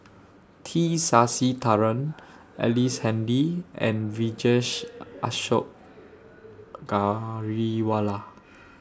T Sasitharan Ellice Handy and Vijesh Ashok Ghariwala